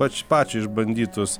pač pačio išbandytus